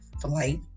flight